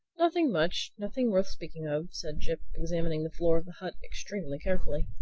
nothing much nothing worth speaking of, said jip examining the floor of the hut extremely carefully.